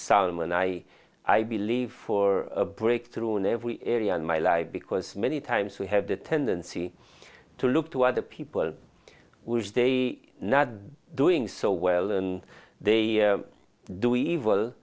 when i i believe for a breakthrough in every area in my life because many times we have the tendency to look to other people which they not doing so well and they do evil